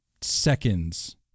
seconds